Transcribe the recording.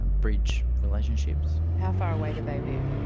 and bridge relationships. how far away do they live?